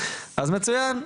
אז מצוין.